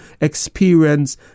experience